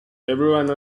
everyone